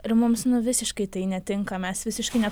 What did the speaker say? ir mums visiškai tai netinka mes visiškai ne